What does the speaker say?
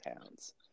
pounds